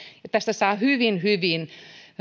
tästä saa hyvin hyvin